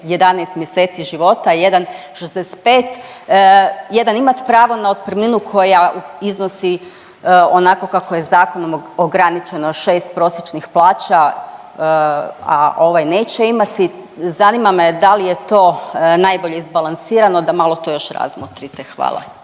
11 mjeseci života, a jedan 65., jedan imat pravo na otpremninu koja iznosi onako kako je zakonom ograničeno 6 prosječnih plaća, a ovaj neće imati. Zanima me da li je to najbolje izbalansirano da malo to još razmotrite. Hvala.